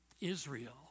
Israel